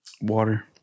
Water